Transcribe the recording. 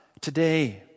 today